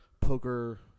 Poker